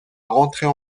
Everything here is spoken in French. rentrer